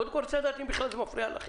קודם כול אני רוצה לדעת אם בכלל זה מפריע לכם,